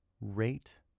rate